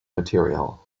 material